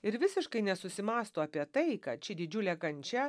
ir visiškai nesusimąsto apie tai kad ši didžiulė kančia